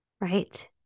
right